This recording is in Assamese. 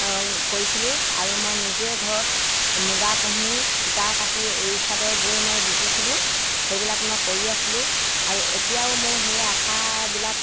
কৰিছিলোঁ আৰু মই নিজে ঘৰত মুগা পুহি সূতা কাটি এৰী চাদৰ বৈ মই বিকিছিলোঁ সেইবিলাক মই কৰি আছিলোঁ আৰু এতিয়াও মোৰ সেই আশাবিলাক